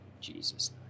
Jesus